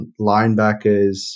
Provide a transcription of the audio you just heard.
linebackers